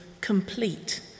complete